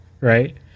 right